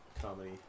comedy